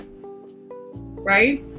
right